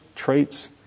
traits